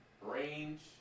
range